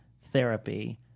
therapy